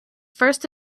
first